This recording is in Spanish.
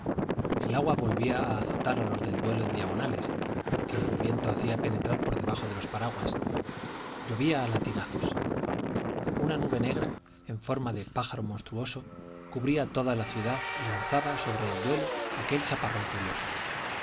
el agua volvía a azotar a los del duelo en diagonales que el viento hacía penetrar por debajo de los paraguas llovía a latigazos una nube negra en forma de pájaro monstruoso cubría toda la ciudad y lanzaba sobre el duelo aquel chaparrón furioso